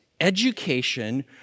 education